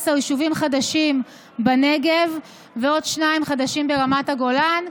יישובים חדשים בנגב ועוד שניים חדשים ברמת הגולן,